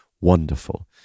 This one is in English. Wonderful